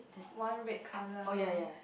one red colour